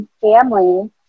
family